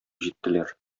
җиттеләр